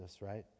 right